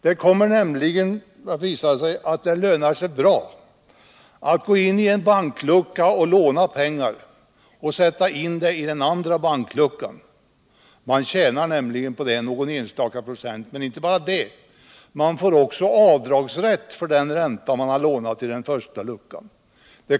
Det kommer nämligen att visa sig att det lönar sig bra att gå fram till en banklucka och låna pengar samt därefter sätta in dessa pengar i den andra bankluckan. Man tjänar nämligen någon enstaka procent på detta. Men inte bara det; man får också avdragsrätt för den ränta man får betala i den första luckan.